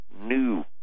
new